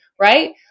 right